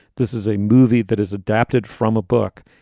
this is a movie that is adapted from a book.